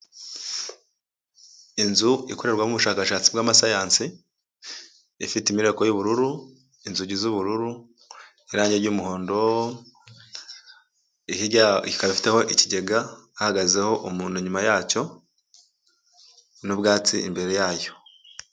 Inzu ikorerwamo ubushakashatsi bw'amasayansi, ifite imireko y'ubururu, inzugi z'ubururu, irangi ry'umuhondo, ikaba ifiteho ikigega, hahagazeho umuntu inyuma yacyo n'ubwatsi imbere yayo.